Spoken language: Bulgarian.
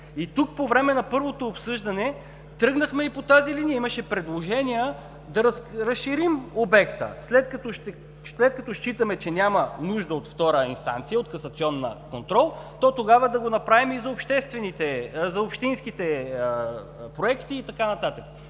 И тук по време на първото обсъждане тръгнахме и по тази линия. Имаше предложения да разширим обекта, след като считаме, че няма нужда от втора инстанция, от касационен контрол, то тогава да го направим и за общинските проекти, и така нататък.